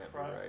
right